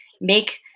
make